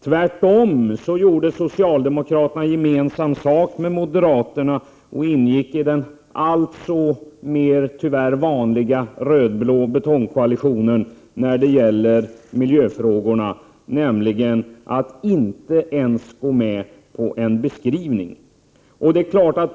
Tvärtom gjorde socialdemokraterna =: fik 5 RS 2 E införande av främgemensam sak med moderaterna och ingick i den tyvärr alltmer vanliga jr mande trädslag rödblå betongkoalitionen när det gäller miljöfrågorna, nämligen genom att inte ens gå med på en beskrivning.